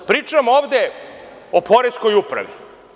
Pričamo ovde o poreskoj upravi.